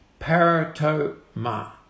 Paratoma